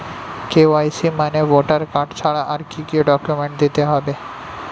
KYC মানে voter card ছাড়া আর কি কি ডকুমেন্ট দিতে হবে?